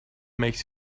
makes